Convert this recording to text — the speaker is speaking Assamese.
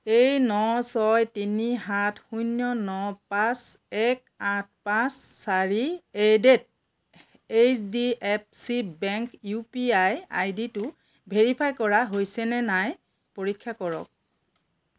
এই ন ছয় তিনি সাত শূন্য ন পাঁচ এক আঠ পাঁচ চাৰি এইডেড H D F C bank U P I I ditto verify কৰা হৈছেনে নাই পৰীক্ষা কৰক